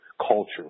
culture